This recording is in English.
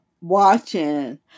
watching